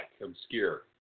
obscure